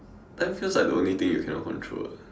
time feels like the only thing you cannot control